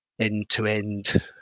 end-to-end